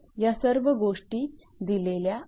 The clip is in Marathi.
या सर्व गोष्टी दिलेल्या आहेत